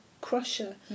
crusher